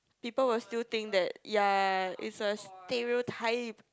people will still think that ya it's a stereotype